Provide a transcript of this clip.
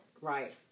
Right